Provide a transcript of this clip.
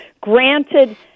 granted